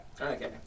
Okay